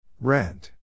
Rent